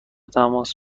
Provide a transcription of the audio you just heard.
تماس